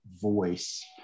voice